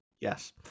Yes